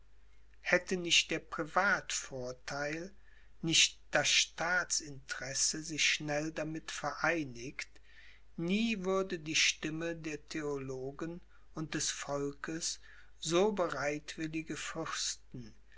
hätte nicht der privatvortheil nicht das staatsinteresse sich schnell damit vereinigt nie würde die stimme der theologen und des volks so bereitwillige fürsten